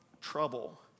Trouble